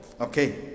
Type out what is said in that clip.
Okay